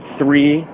three